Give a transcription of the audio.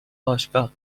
باشگاه